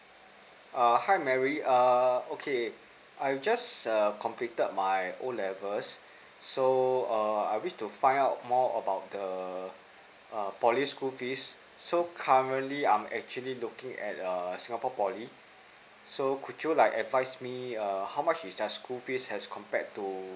err hi mary err okay I just err completed my O level so err I wish to find out more about the err poly school fees so currently I'm actually looking at err singapore poly so could you like advise me err how much is the school fees as compared to